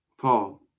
Paul